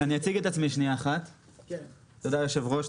תודה ליושב-ראש,